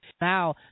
Now